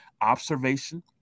observation